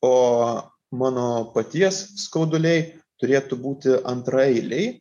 o mano paties skauduliai turėtų būti antraeiliai